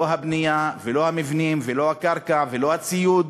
לא בבנייה ולא במבנים ולא בקרקע ולא בציוד.